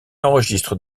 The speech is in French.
enregistre